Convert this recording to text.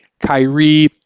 Kyrie